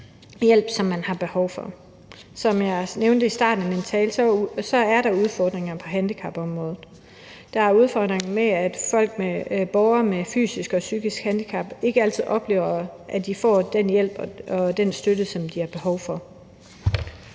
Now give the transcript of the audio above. som man har behov for. Som jeg nævnte i starten af min tale er der udfordringer på handicapområdet. Der er udfordringer med, at borgere med fysiske og psykiske handicap ikke altid oplever, at de får den hjælp og den støtte, som de har behov for.